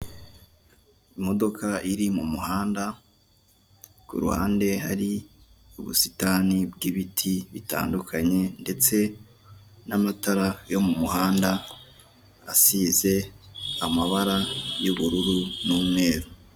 Imodoka iri mu muhanda ku ruhande hari ubusitani bw'ibiti bitandukanye ndetse n'amatara yo mu muhanda asize amabara y'ubururu n'umweru.